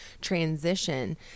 transition